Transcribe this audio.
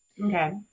Okay